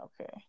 okay